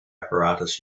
apparatus